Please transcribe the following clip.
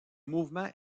mouvement